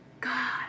God